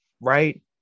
right